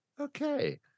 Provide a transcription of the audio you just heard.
okay